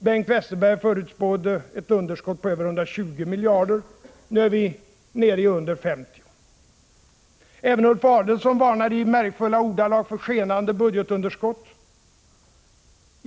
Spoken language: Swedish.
Bengt Westerberg förutspådde ett underskott på över 120 miljarder kronor. Nu är vi nere i under 50. Även Ulf Adelsohn varnade i märgfulla ordalag för ett skenande budgetunderskott.